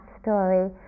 story